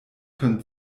können